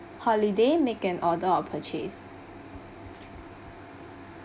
holiday make an order of purchase